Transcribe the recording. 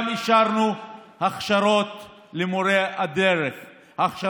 למורי הדרך, וגם אישרנו הכשרות למורי הדרך.